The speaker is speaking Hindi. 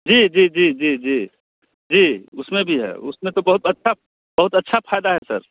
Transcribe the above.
जी जी जी जी जी जी उसमें भी है उसमें तो बहुत अच्छा बहुत अच्छा फ़ायदा है सर